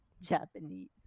Japanese